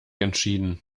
entschieden